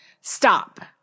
Stop